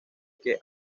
que